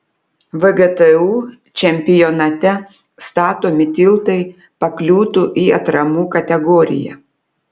vgtu čempionate statomi tiltai pakliūtų į atramų kategoriją